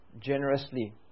generously